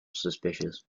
suspicious